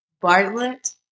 Bartlett